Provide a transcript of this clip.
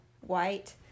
white